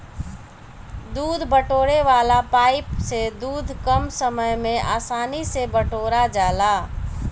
दूध बटोरे वाला पाइप से दूध कम समय में आसानी से बटोरा जाला